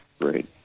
Great